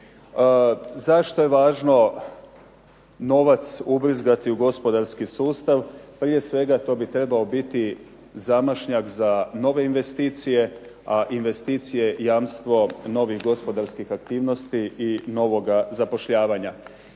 Zašto je važno novac ubrizgati u gospodarski sustav. Prije svega to bi trebao biti zamašnjak za nove investicije a investicije jamstvo novih gospodarskih aktivnosti i novoga zapošljavanja.